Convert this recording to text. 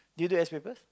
that you do S papers